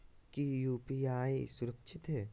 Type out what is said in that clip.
की यू.पी.आई सुरक्षित है?